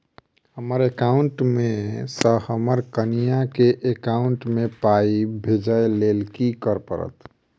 हमरा एकाउंट मे सऽ हम्मर कनिया केँ एकाउंट मै पाई भेजइ लेल की करऽ पड़त?